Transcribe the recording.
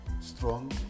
strong